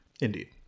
Indeed